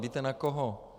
Víte na koho?